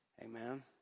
Amen